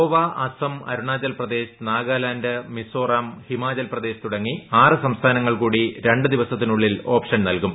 ഗോവ അസം അരുണാചൽപ്രദേശ് നാഗാലാന്റ് മിസോറാം ഹിമാചൽ പ്രദേശ് തുടങ്ങി ആറ് സംസ്ഥാനങ്ങൾ കൂടി രണ്ടു ദിവസത്തിനുള്ളിൽ ഓപ്ഷൻ നൽകും